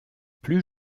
plus